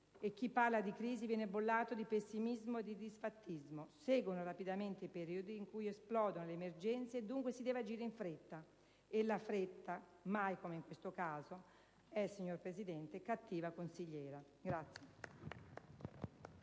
chi parla di crisi viene bollato di pessimismo e di disfattismo, seguono rapidamente periodi in cui esplodono le emergenze e dunque si deve agire in fretta. E la fretta, mai come in questo caso, è cattiva consigliera.